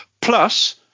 Plus